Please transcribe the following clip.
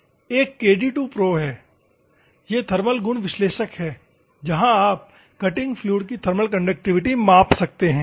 एक KD 2 pro है यह थर्मल गुण विश्लेषक वहां है जहां आप कटिंग फ्लूइड की थर्मल कंडक्टिविटी माप सकते हैं